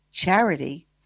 charity